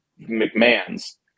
McMahon's